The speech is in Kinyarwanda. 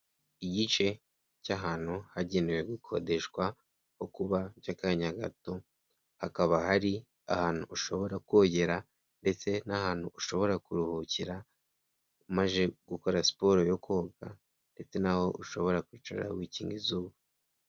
Igice cy'ahantu hagenewe gukodeshwa, ho kuba by'akanya gato, hakaba hari ahantu ushobora kogera ndetse n'ahantu ushobora kuruhukira, umaze gukora siporo yo koga ndetse naho ushobora kwicara wikinga izuba.